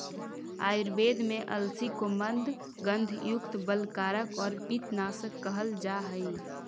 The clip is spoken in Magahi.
आयुर्वेद में अलसी को मन्दगंधयुक्त, बलकारक और पित्तनाशक कहल जा हई